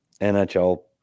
NHL